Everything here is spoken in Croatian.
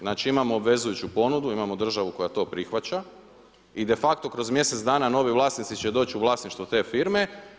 Znači imamo obvezujuću ponudu, imamo državu koja to prihvaća i de facto kroz mjesec dana novi vlasnici će doći u vlasništvo te firme.